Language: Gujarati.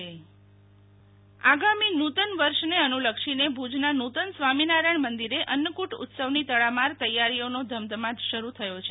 શાતલ વંશ્નવ આગામી નુતન વર્ષને અનુલક્ષીને ભુજના નુતન સ્વામિનારાયણ મંદિરે અન્નફ્રટ ઉત્સવની તડામાર તૈયારીઓનો ધમધમાટ શરૂ થયો છે